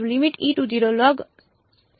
તેથી હું કરીશ